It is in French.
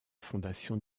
fondation